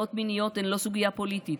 פגיעות מיניות הן לא סוגיה פוליטית,